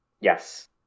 Yes